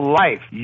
life